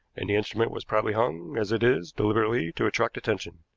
and the instrument was probably hung as it is deliberately to attract attention.